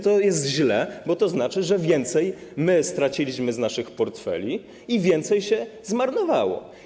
To jest źle, bo to znaczy, że więcej my straciliśmy z naszych portfeli i więcej się zmarnowało.